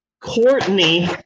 Courtney